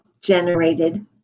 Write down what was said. generated